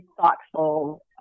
thoughtful